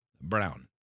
brown